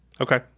Okay